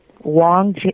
Wong